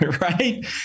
Right